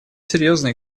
серьезные